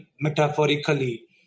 metaphorically